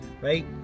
right